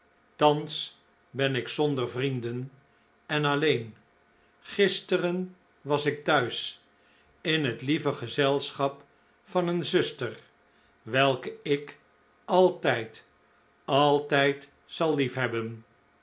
thans ben ik zonder vrienden en alleen gisteren was ik thuis in het lieve gezelschap van een zuster welke ik altijd altijd zal